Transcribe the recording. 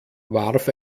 warf